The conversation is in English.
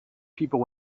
people